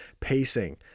pacing